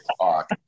talk